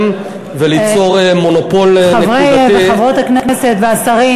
וליצור מונופול נקודתי חברי וחברות הכנסת והשרים,